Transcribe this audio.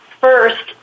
First